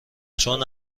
چون